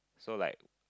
so like